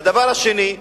והדבר השני,